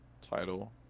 title